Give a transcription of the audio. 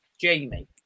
Jamie